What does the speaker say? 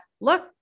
look